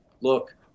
look